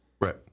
Right